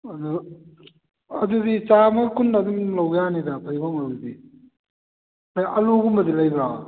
ꯑꯗꯨ ꯑꯗꯨꯗꯤ ꯆꯥꯝꯃꯒ ꯀꯨꯟ ꯑꯗꯨꯝ ꯂꯧꯖꯔꯅꯤꯗ ꯐꯗꯤꯒꯣꯝ ꯃꯔꯨꯗꯨꯗꯤ ꯍꯣꯏ ꯑꯂꯨꯒꯨꯝꯕꯗꯤ ꯂꯩꯕ꯭ꯔꯥ